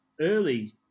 early